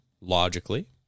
logically